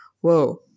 whoa